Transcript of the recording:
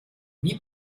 wie